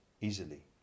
easily